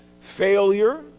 failure